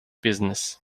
business